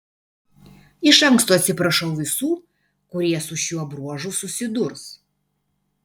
iš anksto atsiprašau visų kurie su šiuo bruožu susidurs